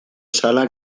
sala